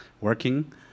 working